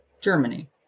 Germany